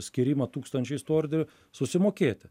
skyrimą tūkstančiais tų orderių susimokėti